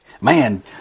Man